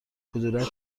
کدورتی